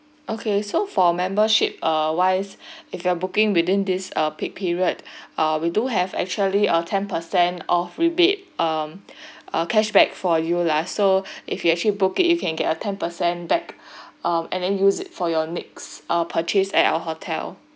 okay so for membership err wise if you are booking within this err peak period err we do have actually a ten percent off rebate um a cashback for you lah so if you actually book it you can get a ten percent back um and then use for your next err purchase at our hotel